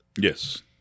yes